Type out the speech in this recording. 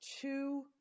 two